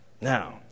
Now